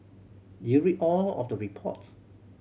did you read all of the reports